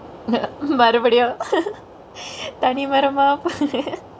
மருபடியு:marupadiyu தனி மரமா:tani maramaa